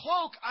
cloak